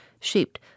shaped